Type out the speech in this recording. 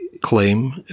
claim